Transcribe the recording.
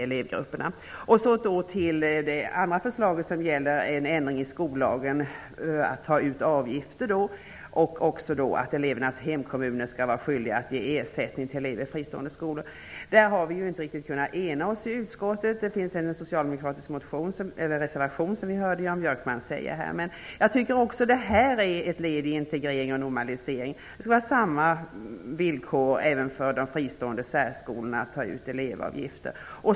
Jag skall också ta upp det andra förslaget som gäller en ändring i skollagen. Det handlar om att avgifter skall tas ut och om att elevernas hemkommuner skall vara skydliga att ge ersättning till elever i fristående skolor. I denna fråga har vi inte riktigt kunnat ena oss i utskottet. Det finns en socialdemokratisk reservation, som vi hörde Jan Björkman säga. Jag tycker att också detta är ett led i en integrering och normalisering. Det skall vara samma villkor även för de fristående särskolorna när det gäller att ta ut elevavgifter.